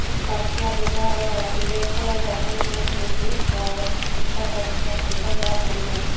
ତକିଆ ବ୍ୟବହାର ବେକ ପବନ ଜୋର୍ରେ ହେଉଛି ତ ଉଚ୍ଚା ତକିଆ ବ୍ୟବହାର କରିବେନି